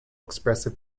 expressive